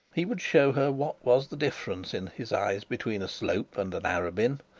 he would show her what was the difference in his eyes between a slope and an arabin.